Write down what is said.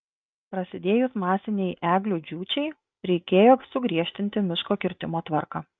prasidėjus masinei eglių džiūčiai reikėjo sugriežtinti miško kirtimo tvarką